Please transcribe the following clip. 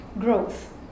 growth